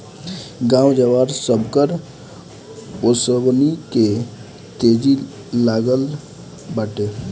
गाँव जवार, सबकर ओंसउनी के तेजी लागल बाटे